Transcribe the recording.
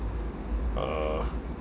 uh